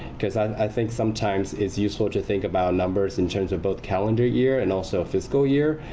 because i think sometimes, it's useful to think about numbers in terms of both calendar year and also fiscal year.